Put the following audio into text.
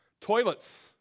Toilets